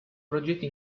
progetti